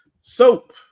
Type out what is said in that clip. Soap